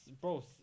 bro